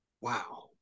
wow